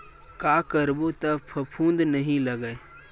का करबो त फफूंद नहीं लगय?